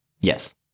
Yes